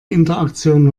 interaktion